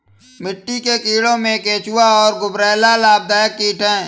मिट्टी के कीड़ों में केंचुआ और गुबरैला लाभदायक कीट हैं